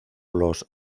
los